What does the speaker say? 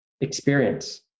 experience